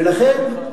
ולכן,